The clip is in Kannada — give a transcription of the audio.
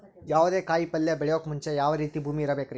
ಯಾವುದೇ ಕಾಯಿ ಪಲ್ಯ ಬೆಳೆಯೋಕ್ ಮುಂಚೆ ಯಾವ ರೀತಿ ಭೂಮಿ ಇರಬೇಕ್ರಿ?